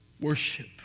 Worship